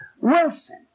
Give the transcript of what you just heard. Wilson